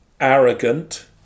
arrogant